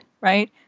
right